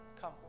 Come